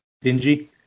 dingy